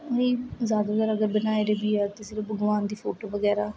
ज्यादा अगर बनाए दै बी है ते सिर्फ भगवान दी फोटो बगैरा